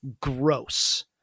gross